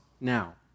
now